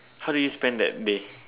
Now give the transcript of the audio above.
how do you spend that day